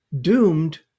doomed